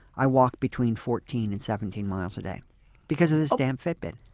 i walk between fourteen and seventeen miles a day because of this damn fitbit.